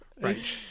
Right